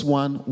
one